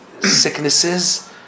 sicknesses